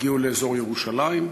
הגיעו לאזור ירושלים.